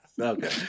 Okay